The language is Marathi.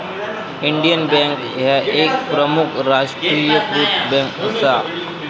इंडियन बँक ह्या एक प्रमुख राष्ट्रीयीकृत बँक असा